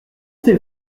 tes